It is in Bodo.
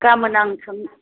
गाबोन आं